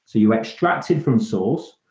so you extracted from source.